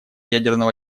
ядерного